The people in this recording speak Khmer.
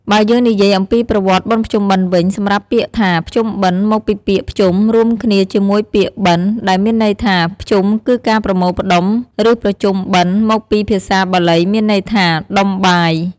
បើយើងនិយាយអំពីប្រវត្តិបុណ្យភ្ជុំបិណ្ឌវិញ សម្រាប់ពាក្យថា “ភ្ជុំបិណ្ឌ” មកពីពាក្យ “ភ្ជុំ” រួមគ្នាជាមួយពាក្យ “បិណ្ឌ” ដែលមានន័យថា ភ្ជុំគឺការប្រមូលផ្តុំ ឬប្រជុំបិណ្ឌ មកពីភាសាបាលីមានន័យថា “ដុំបាយ” ។